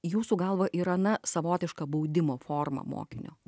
jūsų galva yra na savotiška baudimo forma mokinio